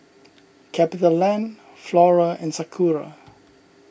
CapitaLand Flora and Sakura